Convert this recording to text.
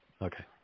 Okay